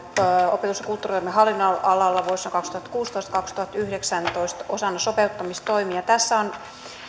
opetus ja kulttuuritoimen hallinnonalalla vuosina kaksituhattakuusitoista viiva kaksituhattayhdeksäntoista osana sopeuttamistoimia tässä esityksessä on